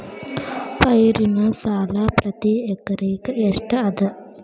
ಪೈರಿನ ಸಾಲಾ ಪ್ರತಿ ಎಕರೆಗೆ ಎಷ್ಟ ಅದ?